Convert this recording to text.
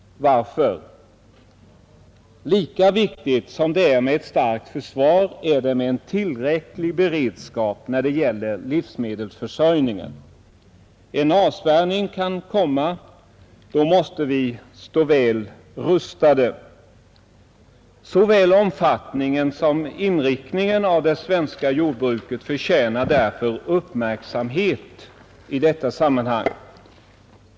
Lika viktigt är att vi har en tillräcklig beredskap när det gäller livsmedelsförsörjningen. En avspärrning kan komma, och då måste vi stå väl rustade. Såväl omfattningen som inriktningen av det svenska jordbruket förtjänar därför uppmärksamhet i detta sammanhang.